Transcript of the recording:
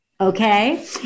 Okay